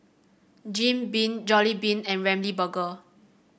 Jim Beam Jollibean and Ramly Burger